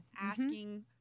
asking